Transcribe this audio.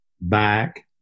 back